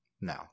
No